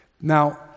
Now